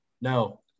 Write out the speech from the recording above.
No